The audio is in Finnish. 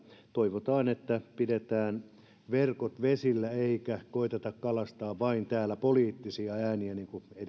toivotaan että pidetään verkot vesillä eikä koeteta kalastaa täällä vain poliittisia ääniä niin kuin